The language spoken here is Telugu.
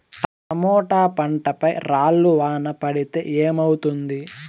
టమోటా పంట పై రాళ్లు వాన పడితే ఏమవుతుంది?